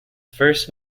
first